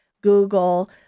Google